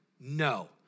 No